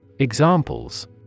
Examples